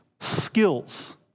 skills